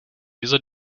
dieser